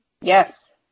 yes